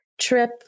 trip